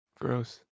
Gross